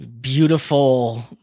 beautiful